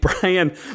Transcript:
Brian